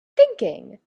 thinking